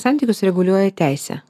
santykius reguliuoja teisė